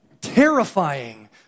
terrifying